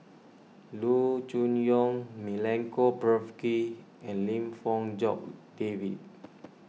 Loo Choon Yong Milenko Prvacki and Lim Fong Jock David